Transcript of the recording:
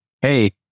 Hey